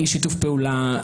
אי שיתוף פעולה,